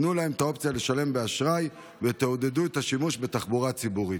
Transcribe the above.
תנו להם את האופציה לשלם באשראי ותעודדו את השימוש בתחבורה הציבורית.